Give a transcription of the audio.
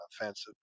offensive